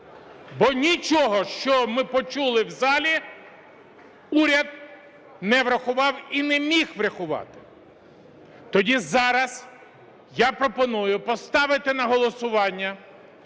бо нічого, що ми почули в залі, уряд не врахував і не міг врахувати. Тоді зараз я пропоную поставити на голосування